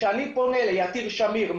כשאני פונה ליתיר שמיר,